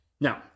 Now